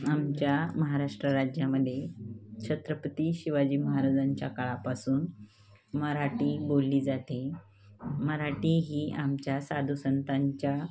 आमच्या महाराष्ट्र राज्यामध्ये छत्रपती शिवाजी महाराजांच्या काळापासून मराठी बोलली जाते मराठी ही आमच्या साधुसंतांच्या